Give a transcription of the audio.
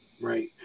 right